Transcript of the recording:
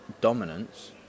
dominance